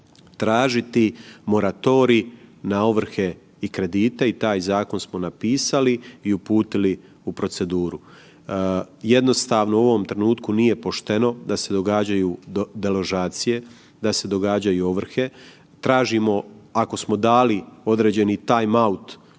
tražiti moratorij na ovrhe i kredite i taj zakon smo napisali i uputili u proceduru. Jednostavno u ovom trenutku nije pošteno da se događaju deložacije, da se događaju ovrhe, tražimo ako smo dali određeni tima out našim